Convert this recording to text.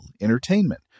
entertainment